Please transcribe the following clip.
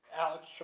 Alex